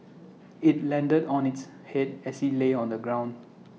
IT landed on its Head as he lay on the ground